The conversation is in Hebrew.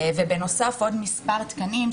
ובנוסף עוד מספר תקנים,